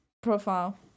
profile